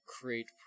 create